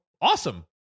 awesome